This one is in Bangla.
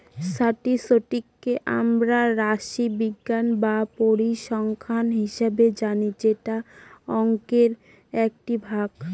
স্ট্যাটিসটিককে আমরা রাশিবিজ্ঞান বা পরিসংখ্যান হিসাবে জানি যেটা অংকের একটি ভাগ